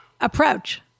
approach